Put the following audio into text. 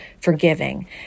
forgiving